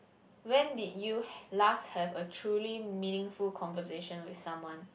when did you last have a truly meaningful conversation with someone